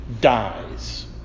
dies